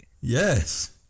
Yes